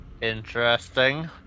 interesting